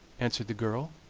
answered the girl.